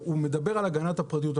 הוא מדבר על הגנת הפרטיות.